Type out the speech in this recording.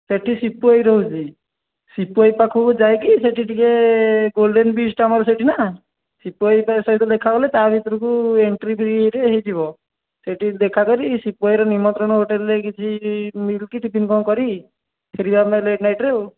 ସେଇଠି ସିପୁଭାଇ ରହୁଛି ସିପୁଭାଇ ପାଖକୁ ଯାଇକି ସେଠି ଟିକେ ଗୋଲ୍ଡେନ୍ ବିଚ୍ଟା ଆମର ସେଇଠି ନା ସିପୁଭାଇ ତା ସହିତ ଦେଖା ହେଲେ ତା ଭିତରକୁ ଏଣ୍ଟ୍ରି ଫ୍ରୀରେ ହେଇଯିବ ସେଇଠି ଦେଖା କରି ସିପୁଭାଇର ନିମନ୍ତ୍ରଣ ହୋଟେଲ୍ରେ କିଛି ମିଲ୍ କି ଟିଫିନ୍ କ'ଣ କରି ଫେରିବା ଆମେ ଲେଟ୍ରେ ନାଇଟ୍ରେ ଆଉ